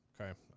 Okay